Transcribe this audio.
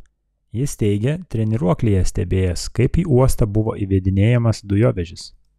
jis teigė treniruoklyje stebėjęs kaip į uostą buvo įvedinėjamas dujovežis